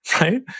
right